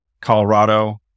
Colorado